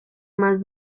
más